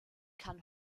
kann